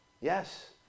Yes